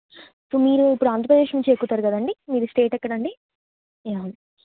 so మీరు ఇప్పుడు ఆంధ్రప్రదేశ్ నుంచి ఎక్కుతారు కదండి మీది స్టేట్ ఎక్కడండి యా